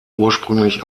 ursprünglich